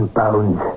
pounds